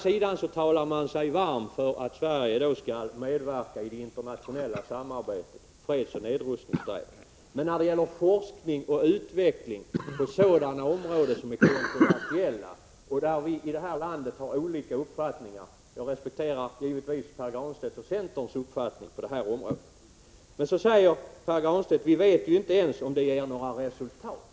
Han talade sig varm för att Sverige skall medverka i internationellt samarbete när det gäller fredsoch nedrustningssträvanden, men inte när det gäller forskning och utveckling på sådana områden som är kontroversiella och där vi här i landet har olika uppfattningar; jag respekterar givetvis Pär Granstedts och centerns uppfattning i den här frågan. Men Pär Granstedt säger: Vi vet ju inte ens om det ger några resultat.